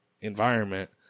environment